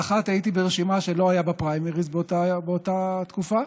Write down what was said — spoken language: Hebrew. באחת הייתי ברשימה שלא היה בה פריימריז באותה תקופה,